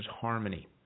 Harmony